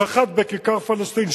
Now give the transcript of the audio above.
שחט בכיכר-פלסטין,